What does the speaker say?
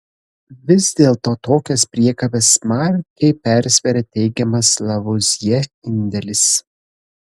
vis dėlto tokias priekabes smarkiai persveria teigiamas lavuazjė indėlis